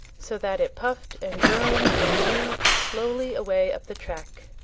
so that it puffed and groaned and moved slowly away up the track.